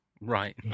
Right